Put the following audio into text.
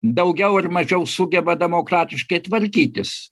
daugiau ar mažiau sugeba demokratiškai tvarkytis